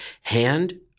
hand